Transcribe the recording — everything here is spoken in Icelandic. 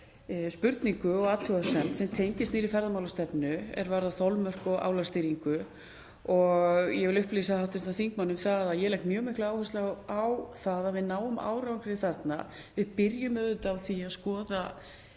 spurningu og athugasemd sem tengist nýrri ferðamálastefnu og varðar þolmörk og álagsstýringu. Ég vil upplýsa hv. þingmann um það að ég legg mjög mikla áherslu á að við náum árangri þarna. Við byrjum auðvitað á því að skoða